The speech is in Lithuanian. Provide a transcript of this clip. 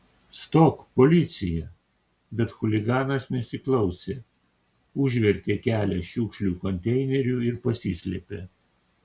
stok policija bet chuliganas nesiklausė užvertė kelią šiukšlių konteineriu ir pasislėpė